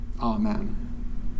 amen